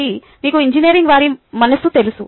కాబట్టి మీకు ఇంజనీరింగ్ వారి మనస్సు తెలుసు